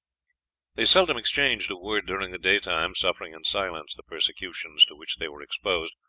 they seldom exchanged a word during the daytime, suffering in silence the persecutions to which they were exposed,